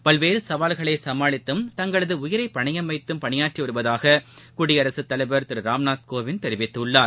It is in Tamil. பல்வேறுசவால்களைசமாளித்தும் தங்களதுஉயிரைபணயம் வைத்தும் பணியாற்றிவருவதாககுடியரசுத்தலைவர் திருராம்நாத் கோவிந்த் தெரிவித்துள்ளார்